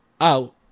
out